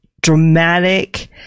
dramatic